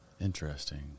Interesting